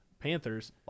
Panthers